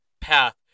path